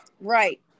Right